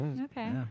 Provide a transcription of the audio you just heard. Okay